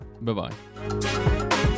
Bye-bye